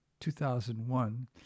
2001